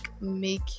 make